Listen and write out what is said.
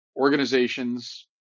organizations